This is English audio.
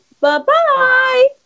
Bye-bye